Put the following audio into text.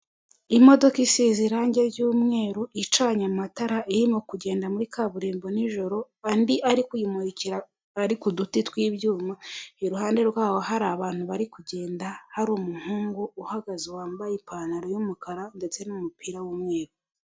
Imodoka isize irange ry'umweru, icanye amatara, irimo kugenda muri kaburimbo nijoro, andi ari kuyimurikira, ari ku duti tw'ibyuma, iruhande rwaho hari abantu bari kugenda, hari umuhungu uhagaze, wambaye ipantaro y'umukara ndetse n'umupira w'umweru.